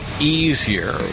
easier